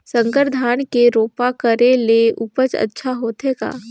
संकर धान के रोपा करे ले उपज अच्छा होथे का?